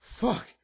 fuck